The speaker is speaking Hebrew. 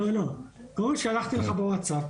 לא, קודם כל, שלחתי לך בווטסאפ.